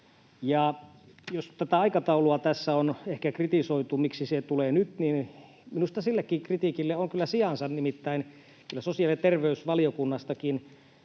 jos tätä aikataulua tässä on ehkä kritisoitu siitä, miksi se tulee nyt, niin minusta sillekin kritiikille on kyllä sijansa. Nimittäin kyllä sosiaali- ja terveysvaliokunnastakin